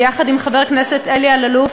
ויחד עם חבר הכנסת אלי אלאלוף,